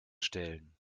stellen